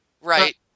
Right